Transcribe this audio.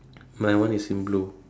my one is in blue